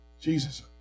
Jesus